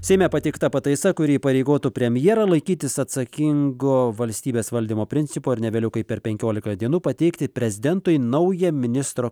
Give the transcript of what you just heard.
seime pateikta pataisa kuri įpareigotų premjerą laikytis atsakingo valstybės valdymo principų ar ne vėliau kaip per penkiolika dienų pateikti prezidentui naują ministro